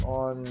on